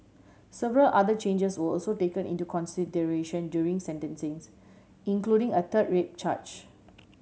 several other changes were also taken into consideration during sentencing's including a third rape charge